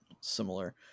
similar